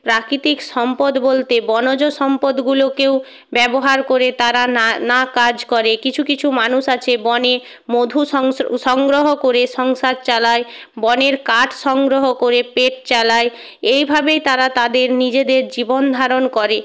প্রাকৃতিক সম্পদ বলতে বনজ সম্পদগুলোকেও ব্যবহার করে তারা নানা কাজ করে কিছু কিছু মানুষ আছে বনে মধু সংগ্রহ করে সংসার চালায় বনের কাঠ সংগ্রহ করে পেট চালায় এইভাবেই তারা তাদের নিজেদের জীবনধারণ করে